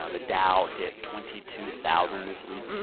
ah the dow hit twenty two thousand this week,